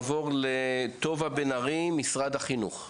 טובה בן ארי, משרד החינוך.